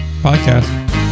podcast